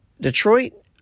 Detroit